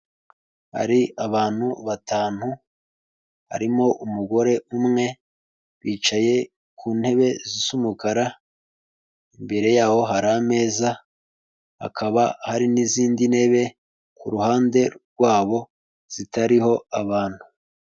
Hari abantu batanu, harimo umugore umwe, bicaye ku ntebe z'umukara, imbere yabo hari ameza, hakaba hari n'izindi ntebe ku ruhande rwabo zitariho abantu.